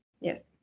Yes